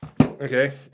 Okay